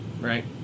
right